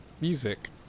music